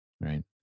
right